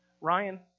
Ryan